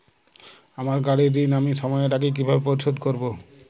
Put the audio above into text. আমার গাড়ির ঋণ আমি সময়ের আগে কিভাবে পরিশোধ করবো?